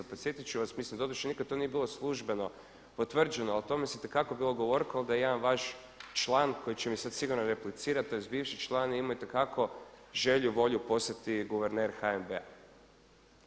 Podsjetiti ću vas, mislim doduše nikada to nije bilo službeno potvrđeno ali o tome itekako bilo govorkalo da jedan vaš član koji će mi sada sigurno replicirati, tj. bivši član je imao itekako želju i volju postati guverner HNB-a.